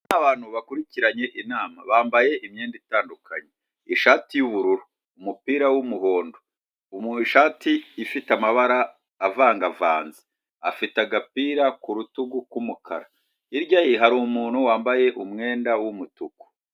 Abantu bakurikiranye inama, bambaye imyenda itandukanye ishati y'ubururu, umupira w'umuhondo, ishati ifite amabara avangavanze, afite agapira ku rutugu k'umukara, hirya ye hari umuntu wambaye umwenda w'umutuku.